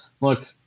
look